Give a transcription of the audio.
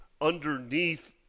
underneath